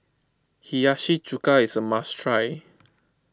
Hiyashi Chuka is a must try